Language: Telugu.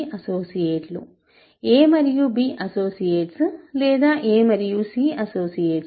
a మరియు b అసోసియేట్స్ లేదా a మరియు c అసోసియేట్స్